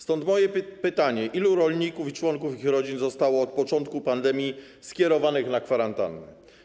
Stąd moje pytanie: Ilu rolników i członków ich rodzin zostało od początku pandemii skierowanych na kwarantannę?